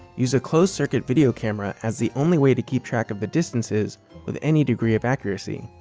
used a closed-circuit video camera as the only way to keep track of the distances with any degree of accuracy.